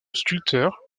sculpteur